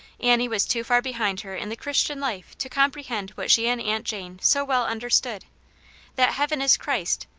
annie was too far behind her in the christian life to comprehend what she and aunt jane so well understood that heaven is christ,